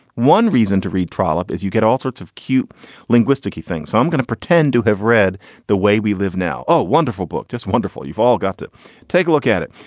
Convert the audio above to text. one reason to read trollop is you get all sorts of cute linguistic. he thinks i'm gonna pretend to have read the way we live now. oh, wonderful book. just wonderful. you've all got to take a look at it.